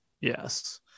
yes